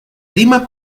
lima